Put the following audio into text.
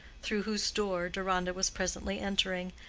through whose door deronda was presently entering,